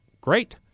great